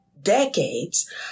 decades